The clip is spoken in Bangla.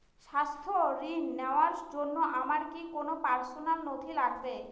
স্বাস্থ্য ঋণ নেওয়ার জন্য আমার কি কি পার্সোনাল নথি লাগবে?